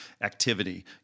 activity